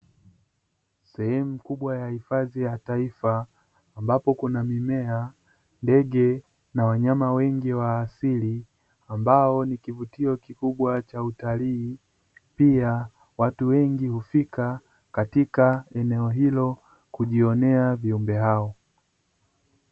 Sehemu kubwa ya hifadhi ya taifa ambako kuna mimea, ndege na wanyama wengi wa asili ambao ni kivutio kikubwa cha utalii, pia watu wengi hufika katika eneo hilo kujionea viumbe hao.